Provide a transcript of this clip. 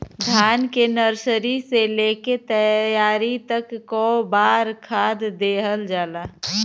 धान के नर्सरी से लेके तैयारी तक कौ बार खाद दहल जाला?